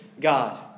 God